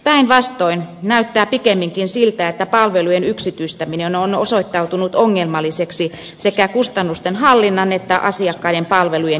päinvastoin näyttää pikemminkin siltä että palvelujen yksityistäminen on osoittautunut ongelmalliseksi sekä kustannusten hallinnan että asiakkaiden palvelujen jatkuvuuden kannalta